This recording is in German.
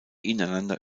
ineinander